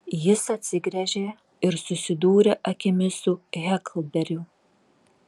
jis atsigręžė ir susidūrė akimis su heklberiu